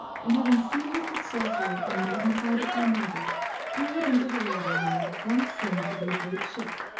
and having seamed it with sorcery and magnified it by magic threw it into the water, where it at once seemed to be a great ship,